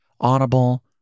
Audible